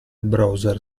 browser